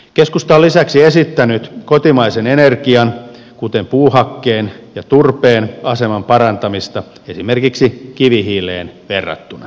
keskusta on lisäksi esittänyt kotimaisen energian kuten puuhakkeen ja turpeen aseman parantamista esimerkiksi kivihiileen verrattuna